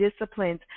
disciplines